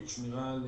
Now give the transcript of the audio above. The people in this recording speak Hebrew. תוך שמירה על